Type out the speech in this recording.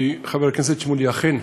חבר הכנסת שמולי, אכן,